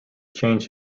change